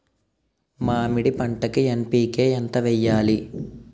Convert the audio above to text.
మామిడి పంటకి ఎన్.పీ.కే ఎంత వెయ్యాలి?